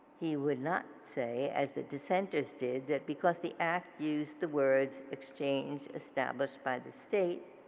he would not say as the dissenters did that because the act used the words exchange established by the state,